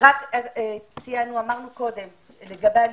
לגבי הליווי.